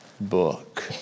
book